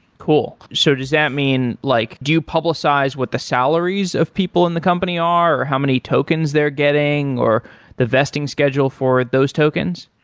cool. so does that mean like do you publicize what the salaries of people in the company are or how many tokens they're getting or the vesting schedule for those tokens?